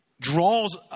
Draws